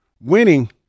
Winning